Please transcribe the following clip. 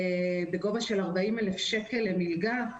בגובה 40,000 שקלים למלגה.